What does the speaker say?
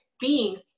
Beings